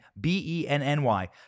B-E-N-N-Y